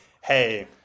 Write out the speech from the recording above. hey